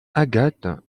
agathe